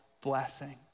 blessing